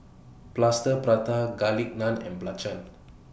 Plaster Prata Garlic Naan and Belacan